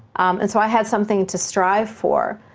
and so i had something to strive for,